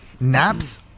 Naps